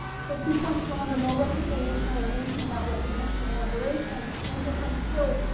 so key points to remember, no reconciliation or resolution without recognition and reparation. indifference kills,